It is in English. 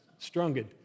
strunged